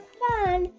fun